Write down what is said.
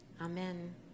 Amen